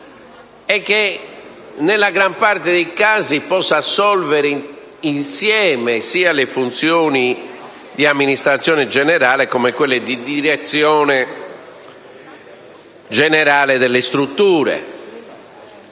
e che, nella gran parte dei casi, possa assolvere insieme alle funzioni di amministrazione generale come a quelle di direzione generale delle strutture.